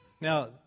Now